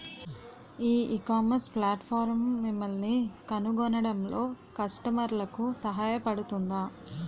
ఈ ecommerce platform మిమ్మల్ని కనుగొనడంలో కస్టమర్లకు సహాయపడుతుందా?